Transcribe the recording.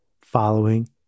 following